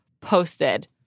posted